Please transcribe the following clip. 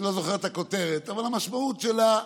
אני לא זוכר את הכותרת, אבל המשמעות שלה: